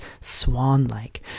swan-like